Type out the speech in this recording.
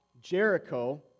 Jericho